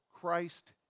Christ